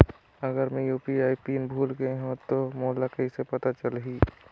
अगर मैं UPI PIN भुल गये हो तो मोला कइसे पता चलही?